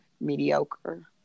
mediocre